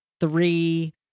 three